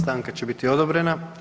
Stanka će biti odobrena.